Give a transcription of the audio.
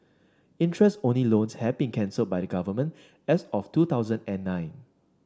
interest only loans have been cancelled by the Government as of two thousand and nine